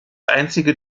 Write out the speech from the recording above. einzige